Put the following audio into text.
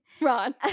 Ron